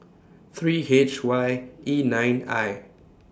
three H Y E nine I